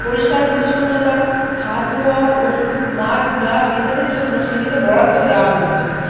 পরিষ্কার পরিচ্ছন্নতা হাত ধোয়া ওষুধ মাস্ক গ্লাভস ইত্যাদির জন্য সীমিত বরাদ্দ দেওয়া হয়েছে